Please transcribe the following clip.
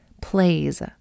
plays